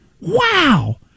wow